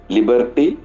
Liberty